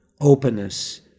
openness